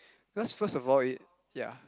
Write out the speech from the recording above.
cause first of all it's ya